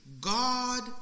God